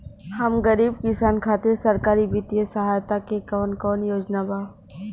हम गरीब किसान खातिर सरकारी बितिय सहायता के कवन कवन योजना बा?